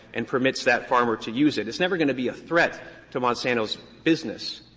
and permits that farmer to use it. it's never going to be a threat to monsanto's business,